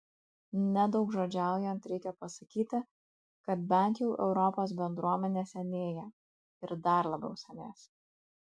nedaugžodžiaujant reikia pasakyti kad bent jau europos bendruomenė senėja ir dar labiau senės